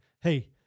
hey